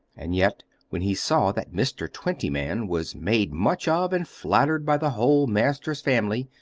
and yet when he saw that mr. twentyman was made much of and flattered by the whole masters family,